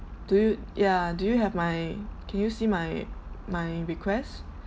do you ya do you have my can you see my my request